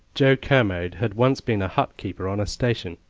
joe kermode had once been a hutkeeper on a station.